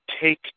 take